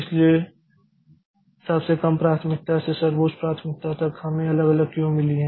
इसलिए सबसे कम प्राथमिकता से सर्वोच्च प्राथमिकता तक हमें अलग अलग क्यू मिली हैं